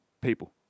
people